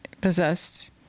possessed